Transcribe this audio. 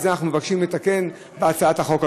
את זה אנחנו מבקשים לקבוע בהצעת החוק הזאת,